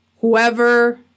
Whoever